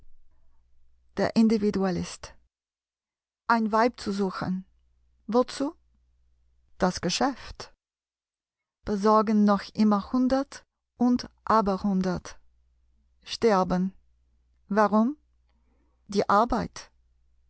der individualist ein weib zu suchen wozu das geschäft besorgen noch immer hundert und aberhundert sterben warum die arbeit